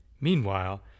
Meanwhile